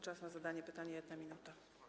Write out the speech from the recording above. Czas na zadanie pytania - 1 minuta.